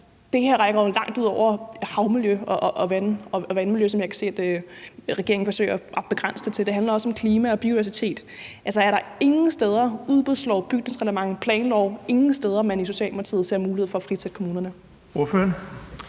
Det her rækker jo langt ud over havmiljø og vandmiljø, som jeg kan se at regeringen forsøger at begrænse det til; det handler også om klima og biodiversitet. Er der ingen steder – i udbudsloven, i bygningsreglementet, i planloven – man i Socialdemokratiet ser mulighed for at frisætte kommunerne?